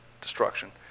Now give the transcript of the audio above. destruction